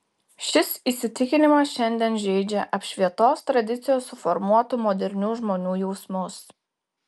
šis įsitikinimas šiandien žeidžia apšvietos tradicijos suformuotų modernių žmonių jausmus